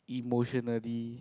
emotionally